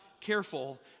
careful